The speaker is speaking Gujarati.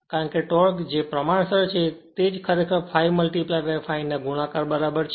કારણ કે ટોર્ક જે પ્રમાણસર છે તે જ ખરેખર ∅∅ ના ગુણાકાર બરાબર છે